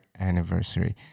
anniversary